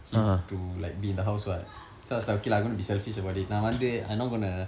him to like be in the house what so I was like okay lah going to be selfish about it நான் வந்து:naan vandthu I not gonna